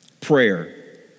prayer